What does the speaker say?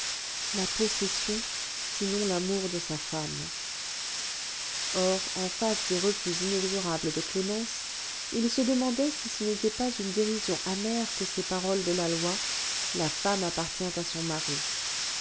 la possession sinon l'amour de sa femme or en face des refus inexorables de clémence il se demandait si ce n'était pas une dérision amère que ces paroles de la loi la femme appartient à son mari